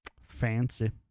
fancy